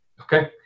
Okay